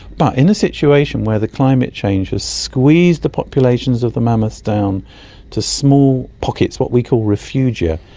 but in a situation where the climate change has squeezed the populations of the mammoths down to small pockets, what we call refugia,